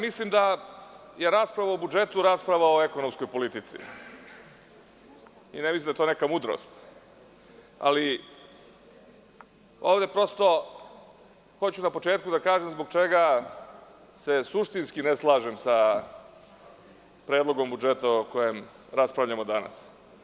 Mislim da je rasprava o budžetu rasprava o ekonomskoj politici i ne mislim da je to neka mudrost, ali ovde prosto hoću na početku da kažem zbog čega se suštinski ne slažem sa Predlog budžeta o kojem raspravljamo danas.